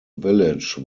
village